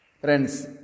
Friends